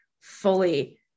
fully